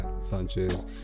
Sanchez